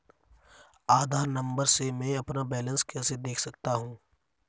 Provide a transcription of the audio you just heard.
आधार number से मैं अपना बैलेंस कैसे देख सकता हूँ?